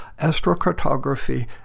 astrocartography